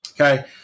Okay